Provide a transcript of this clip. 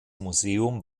museum